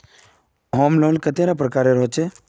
Home loan कतेला प्रकारेर होचे?